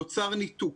נוצר ניתוק